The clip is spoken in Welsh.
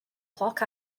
cloc